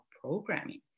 programming